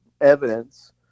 evidence